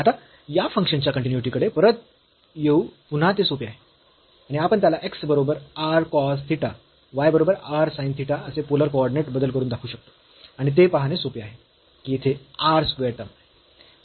आता या फंक्शन च्या कन्टीन्यूइटी कडे परत येऊ पुन्हा ते सोपे आहे आणि आपण त्याला x बरोबर r cos थिटा y बरोबर r sin थिटा असे पोलर कॉर्डिनेट बदल करून दाखवू शकतो आणि ते पाहणे सोपे आहे की येथे r स्क्वेअर टर्म आहे